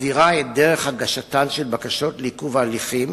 מסדירה את דרך הגשתן של בקשות לעיכוב ההליכים